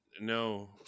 No